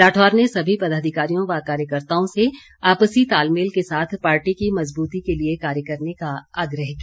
राठौर ने सभी पदाधिकारियों व कार्यकर्ताओं से आपसी तालमेल के साथ पार्टी की मजबूती के लिए कार्य करने का आग्रह किया